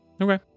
Okay